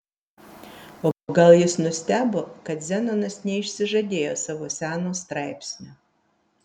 o gal jis nustebo kad zenonas neišsižadėjo savo seno straipsnio